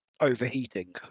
overheating